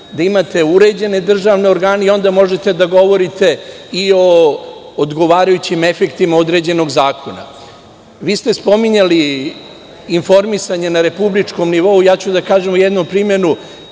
da imate uređene državne organe i onda možete da govorite i o odgovarajućim efektima određenog zakona. Vi ste spominjali informisanje na republičkom nivou. Reći ću u jednom primeru